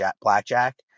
blackjack